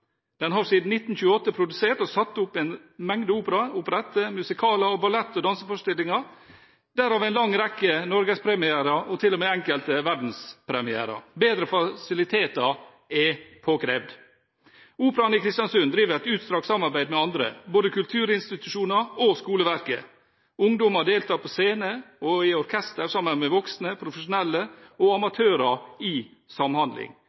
Den har siden 1928 produsert og satt opp en mengde operaer, operetter, musikaler og ballett- og danseforestillinger, derav en lang rekke norgespremierer og til og med enkelte verdenspremierer. Bedre fasiliteter er påkrevd. Operaen i Kristiansund driver et utstrakt samarbeid med andre, både kulturinstitusjoner og skoleverket. Ungdommer deltar på scene og i orkester sammen med voksne, profesjonelle og amatører i samhandling.